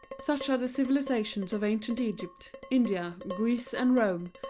such are the civilizations of ancient egypt, india, greece and rome,